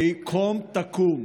והיא קום תקום.